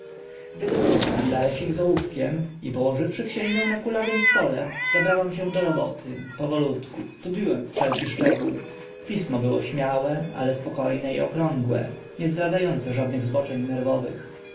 wydobyłam pugilaresik z ołówkiem i położywszy księgę na kulawym stole zabrałam się do roboty powolutku studiu ąc wszelki szczegół pismo było śmiałe ale spoko ne i okrągłe nie zdradza ące żadnych zboczeń nerwowych